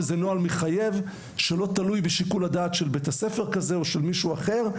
זה נוהל מחייב שלא תלוי בשיקול הדעת של בית ספר כזה או של מישהו אחר,